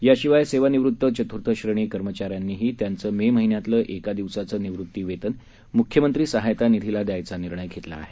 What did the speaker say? त्याशिवाय सेवानिवृत चतृर्थश्रेणी कर्मचाऱ्यांनीही त्यांचं मे महिन्यातलं एक दिवसाचं निवृतीवेतन म्ख्यमंत्री सहाय्यता निधीला देण्याचा निर्णय घेतला आहे